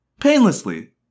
painlessly